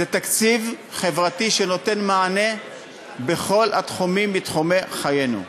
זה תקציב חברתי שנותן מענה בכל התחומים מתחומי חיינו.